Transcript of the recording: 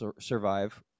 survive